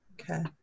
Okay